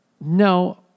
No